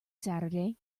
saturday